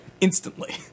Instantly